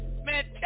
Man